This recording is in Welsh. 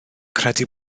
credu